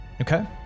Okay